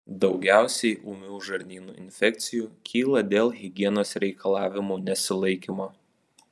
daugiausiai ūmių žarnyno infekcijų kyla dėl higienos reikalavimų nesilaikymo